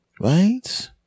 Right